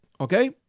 Okay